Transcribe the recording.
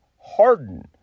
Harden